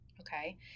Okay